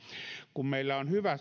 kun meillä on hyvä